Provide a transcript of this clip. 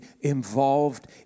involved